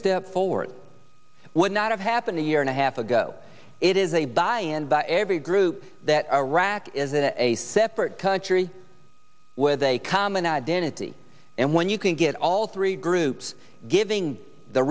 step forward would not have happened a year and a half ago it is a by and by every group that iraq is a separate country with a common identity and when you can get all three groups giving the